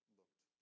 looked